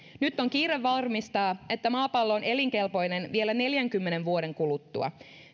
nyt on kiire varmistaa että maapallo on elinkelpoinen vielä neljänkymmenen vuoden kuluttua